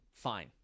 Fine